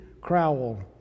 Crowell